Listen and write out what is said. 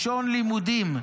לשון לימודים,